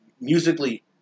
musically